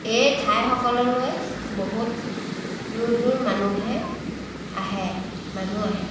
এই ঠাইসকললৈ বহুত দূৰৰ দূৰৰ মানুহে আহে মানুহ আহে